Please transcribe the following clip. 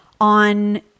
on